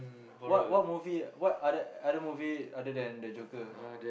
what what movie what other other movie other than the joker